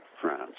France